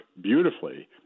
beautifully